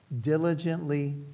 diligently